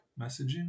messaging